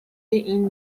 این